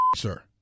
sir